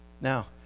Now